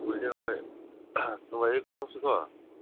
ꯀꯨꯏꯔꯦ ꯍꯣꯏ ꯅꯨꯡꯉꯥꯏꯔꯤꯀꯣ ꯅꯪꯁꯨ ꯀꯣ